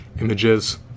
images